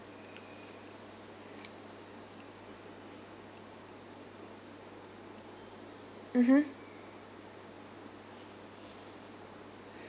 mmhmm